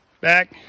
back